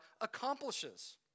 accomplishes